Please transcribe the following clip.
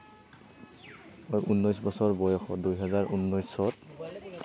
ঊনৈশ বছৰ বয়সত দুই হাজাৰ ঊনৈশত